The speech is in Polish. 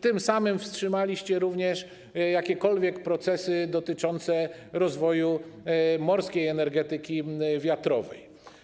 Tym samym wstrzymaliście również jakiekolwiek procesy dotyczące rozwoju morskiej energetyki wiatrowej.